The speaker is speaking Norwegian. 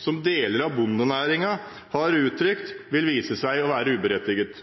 som deler av bondenæringen har gitt uttrykk for, vil vise seg å være uberettiget.